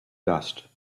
dust